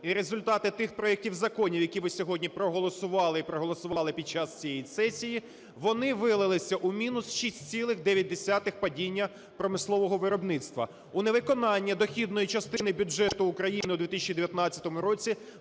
І результати тих проектів законів, які ви сьогодні проголосували і проголосували під час цієї сесії. Вони вилилися у мінус 6,9 падіння промислового виробництва, у невиконання дохідної частини бюджету України у 2019 році